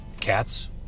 cats